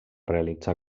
realitzar